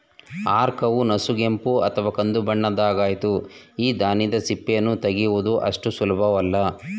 ಆರ್ಕವು ನಸುಗೆಂಪು ಅಥವಾ ಕಂದುಬಣ್ಣದ್ದಾಗಯ್ತೆ ಈ ಧಾನ್ಯದ ಸಿಪ್ಪೆಯನ್ನು ತೆಗೆಯುವುದು ಅಷ್ಟು ಸುಲಭವಲ್ಲ